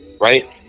right